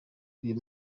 uyu